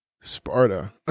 Sparta